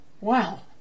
Wow